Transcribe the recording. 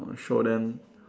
or show them